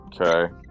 okay